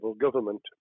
government